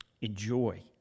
enjoy